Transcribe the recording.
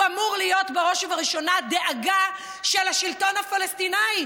הוא אמור להיות בראש ובראשונה דאגה של השלטון הפלסטיני,